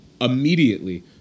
immediately